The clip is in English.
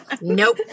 Nope